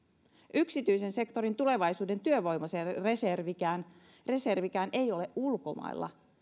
yksityisen sektorin tulevaisuuden työvoimareservikään ei ole ulkomailla